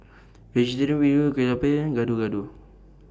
Vegetarian Bee Hoon Kueh Lapis Gado Gado